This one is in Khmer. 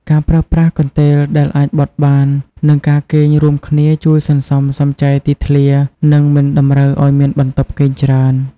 ការប្រើប្រាស់កន្ទេលដែលអាចបត់បាន និងការគេងរួមគ្នាជួយសន្សំសំចៃទីធ្លា និងមិនតម្រូវឱ្យមានបន្ទប់គេងច្រើន។